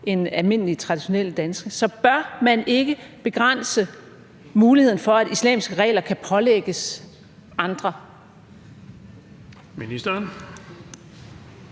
end almindelige traditionelle danske? Så bør man ikke begrænse muligheden for, at islamiske regler kan pålægges andre? Kl.